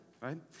right